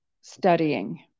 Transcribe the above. studying